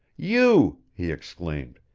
you! he exclaimed.